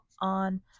on